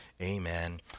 Amen